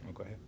Okay